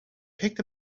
picked